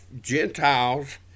Gentiles